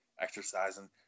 exercising